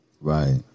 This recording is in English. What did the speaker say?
Right